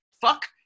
Fuck